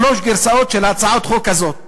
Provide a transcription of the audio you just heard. שלוש גרסאות של הצעת החוק הזאת.